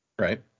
right